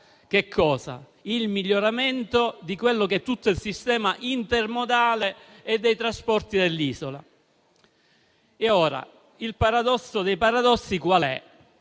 adeguata il miglioramento di quello che è tutto il sistema intermodale e dei trasporti dell'isola. Qual è il paradosso dei paradossi? Vado